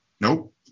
Nope